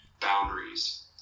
boundaries